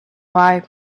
why